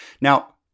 Now